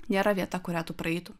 nėra vieta kurią tu praeitum